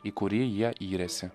į kurį jie yrėsi